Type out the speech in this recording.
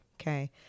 okay